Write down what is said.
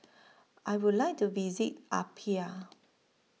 I Would like to visit Apia